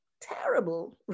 terrible